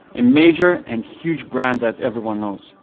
a major and huge brand that everyone knows.